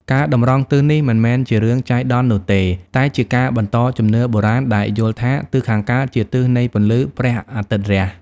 ការតម្រង់ទិសនេះមិនមែនជារឿងចៃដន្យនោះទេ តែជាការបន្តជំនឿបុរាណដែលយល់ថា ទិសខាងកើតជាទិសនៃពន្លឺព្រះអាទិត្យរះ។